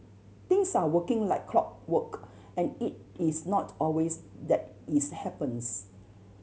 things are working like clockwork and it is not always that it's happens